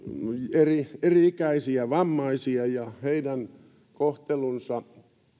eri eri ikäisiä vammaisia ja heidän kohtelunsa